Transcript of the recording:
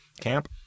camp